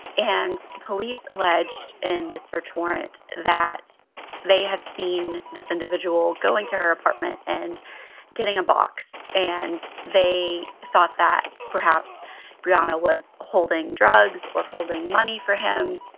and police allege in the search warrant that they had seen this individual go into her apartment and getting a box and they thought that perhaps brianna was holding drugs or holding money for him.